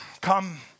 Come